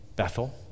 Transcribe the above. Bethel